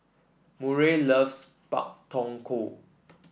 Murray loves Pak Thong Ko